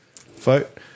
vote